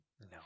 No